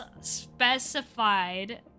specified